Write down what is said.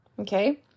Okay